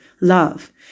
love